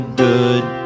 good